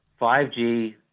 5G